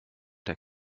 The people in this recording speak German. der